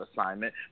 assignment